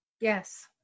yes